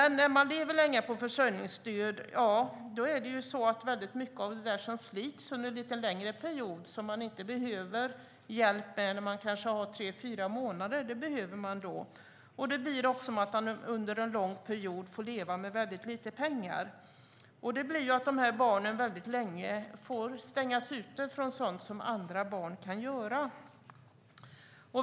När man lever länge på försörjningsstöd blir det så att mycket slits under denna lite längre period. Man behöver då hjälp med sådant som man kanske inte behöver när det handlar om tre fyra månader. Det blir så att man under en lång period får leva med väldigt lite pengar. Dessa barn stängs då ute från sådant som andra barn kan göra.